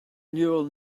neural